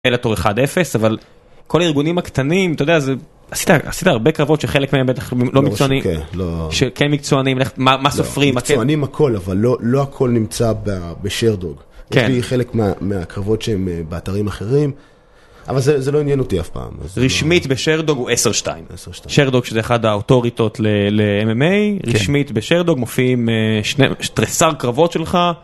אלא תור 1-0 אבל כל הארגונים הקטנים, אתה יודע, עשית הרבה קרבות שחלק מהן בטח לא מקצוענים, כן מקצוענים, מה סופרים? מקצוענים הכל, אבל לא הכל נמצא בשרדוג. יש לי חלק מהקרבות שהן באתרים אחרים, אבל זה לא עניין אותי אף פעם. רשמית בשרדוג הוא 10-2. שרדוג שזה אחת האותוריטות ל-MMA, רשמית בשרדוג מופיעים, תריסר קרבות שלך.